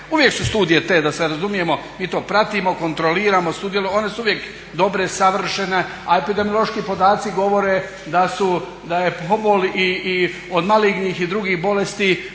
uvijek su studije te da se razumijemo mi to pratimo, kontroliramo one su uvijek dobre, savršene, a epidemiološki podaci govore da je pobol od malignih i drugih bolesti